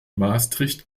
maastricht